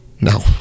No